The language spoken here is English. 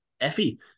Effie